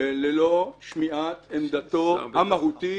ללא שמיעת עמדתו המהותית